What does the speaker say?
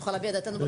נוכל להביע את דעתנו?